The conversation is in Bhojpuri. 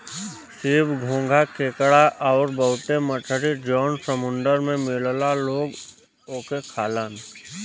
सीप, घोंघा केकड़ा आउर बहुते मछरी जौन समुंदर में मिलला लोग ओके खालन